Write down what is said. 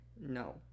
No